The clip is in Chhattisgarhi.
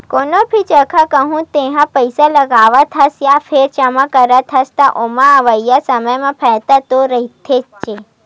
कोनो भी जघा कहूँ तेहा पइसा लगावत हस या फेर जमा करत हस, त ओमा अवइया समे म फायदा तो रहिथेच्चे